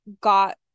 got